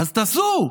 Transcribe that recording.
אז תעשו,